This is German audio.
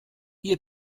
ihr